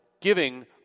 giving